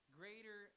greater